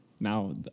Now